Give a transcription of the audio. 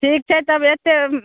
ठीक छै तब एत्ते